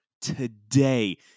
today